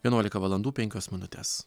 vienuolika valandų penkios minutės